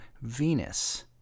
Venus